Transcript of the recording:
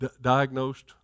diagnosed